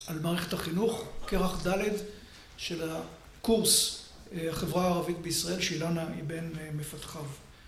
על מערכת החינוך, כרך ד' של הקורס חברה הערבית בישראל, שאילנה היא בין מפתחיו.